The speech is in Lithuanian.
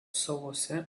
salose